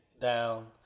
down